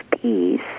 peace